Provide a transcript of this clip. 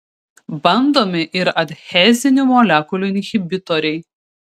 bandomi ir adhezinių molekulių inhibitoriai